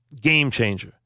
game-changer